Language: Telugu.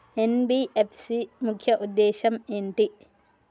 ఎన్.బి.ఎఫ్.సి ముఖ్య ఉద్దేశం ఏంటి?